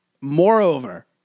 moreover